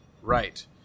Right